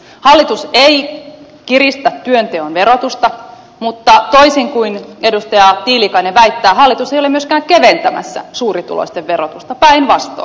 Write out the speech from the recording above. hallitus ei kiristä työnteon verotusta mutta toisin kuin edustaja tiilikainen väittää hallitus ei ole myöskään keventämässä suurituloisten verotusta päinvastoin